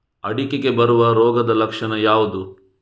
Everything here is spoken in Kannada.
ಅಡಿಕೆಗೆ ಬರುವ ರೋಗದ ಲಕ್ಷಣ ಯಾವುದು?